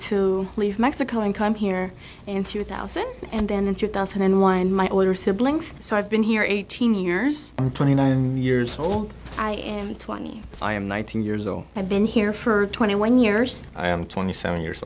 to leave mexico and come here in two thousand and then in two thousand and one my older siblings so i've been here eighteen years twenty nine years old i am twenty i am nineteen years old i've been here for twenty one years i am twenty seven years